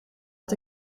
met